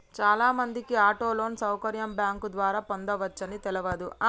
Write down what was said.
చాలామందికి auto loan సౌకర్యం bank ద్వారా పొందవచ్చని తెలవదు